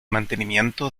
mantenimiento